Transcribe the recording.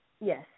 Yes